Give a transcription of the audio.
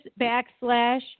backslash